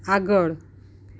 આગળ